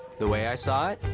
the way i saw it,